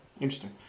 interesting